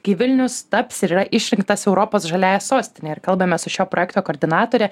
kai vilnius taps ir yra išrinktas europos žaliąja sostine ir kalbamės su šio projekto koordinatore